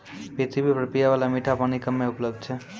पृथ्वी पर पियै बाला मीठा पानी कम्मे उपलब्ध छै